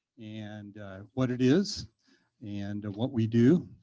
and what it is and what we do.